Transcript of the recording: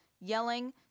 yelling